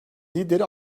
lideri